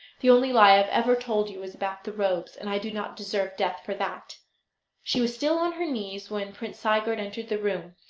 the only lie i have ever told you was about the robes, and i do not deserve death for that she was still on her knees when prince sigurd entered the room.